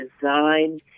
design